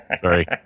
Sorry